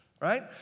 Right